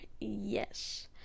Yes